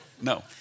No